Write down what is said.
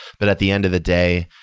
but at the end of the day,